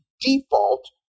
default